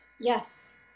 Yes